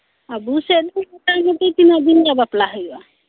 ᱟᱵᱚ ᱥᱮᱫ ᱫᱚ ᱢᱚᱴᱟ ᱢᱩᱴᱤ ᱛᱤᱱᱟᱹᱜ ᱫᱤᱱ ᱨᱮᱭᱟᱜ ᱵᱟᱯᱞᱟ ᱦᱩᱭᱩᱜᱼᱟ